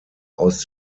aus